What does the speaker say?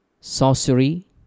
sorcery